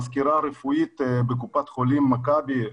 מזכירה רפואית בקופת חולים מכבי,